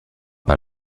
pas